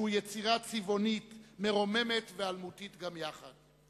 שהוא יצירה צבעונית, מרוממת ואלמותית גם יחד.